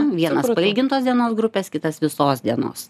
vienas pailgintos dienos grupės kitas visos dienos